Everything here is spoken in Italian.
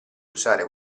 usare